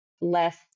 less